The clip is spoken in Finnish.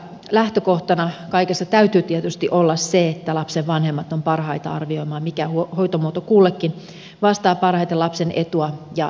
lähtökohtana kaikessa täytyy tietysti olla se että lapsen vanhemmat ovat parhaita arvioimaan mikä hoitomuoto kullekin vastaa parhaiten lapsen etua ja tarpeita